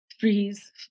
freeze